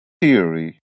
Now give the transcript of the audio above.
theory